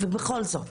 ובכל זאת.